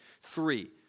three